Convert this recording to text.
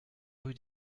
rue